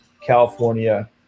California